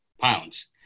pounds